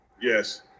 Yes